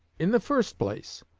in the first place,